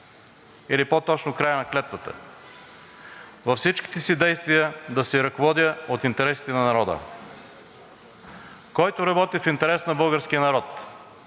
или по-точно края на клетвата: „…във всичките си действия да се ръководя от интересите на народа“. Който работи в интерес на българския народ,